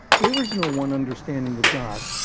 there is no one understanding of god.